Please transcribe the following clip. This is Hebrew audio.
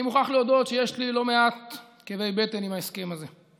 אני מוכרח להודות שיש לי לא מעט כאבי בטן עם ההסכם הזה.